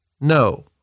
No